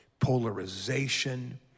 polarization